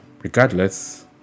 Regardless